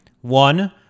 One